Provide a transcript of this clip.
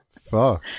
Fuck